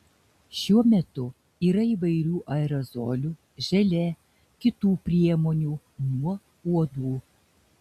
šiuo metu yra įvairių aerozolių želė kitų priemonių nuo uodų